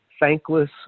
thankless